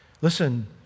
Listen